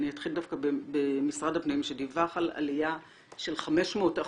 אני אתחיל דווקא במשרד הפנים שדיווח על עלייה של 500%